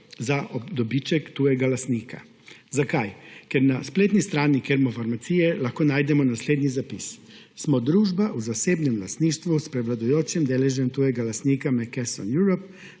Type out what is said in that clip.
za dobiček tujega lastnika. Zakaj? Ker na spletni strani Kemofarmacije lahko najdemo naslednji zapis: »Smo družba v zasebnem lastništvu s prevladujočim deležem tujega lastnika McKesson Europe,